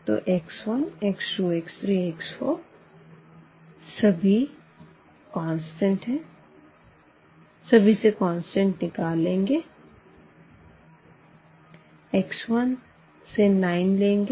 तो x 1 x 2 x 3 x 4 सभी से कांस्टेंट निकल लेंगे x 1 से 9 लेंगे